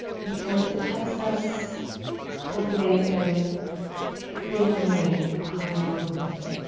because it helps us cultivate and create meaning behind the movement.